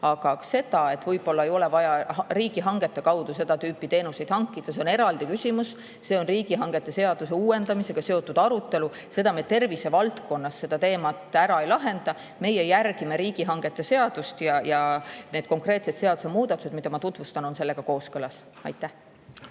ka see, et võib-olla ei ole vaja riigihangete kaudu seda tüüpi teenuseid hankida. See on eraldi küsimus. See on riigihangete seaduse uuendamisega seotud arutelu. Seda teemat me tervisevaldkonnas ära ei lahenda. Meie järgime riigihangete seadust ja need konkreetsed seadusemuudatused, mida ma tutvustan, on sellega kooskõlas.